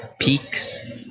peaks